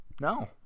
No